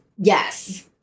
yes